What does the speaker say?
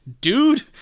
dude